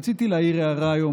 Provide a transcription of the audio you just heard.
רציתי להעיר הערה היום,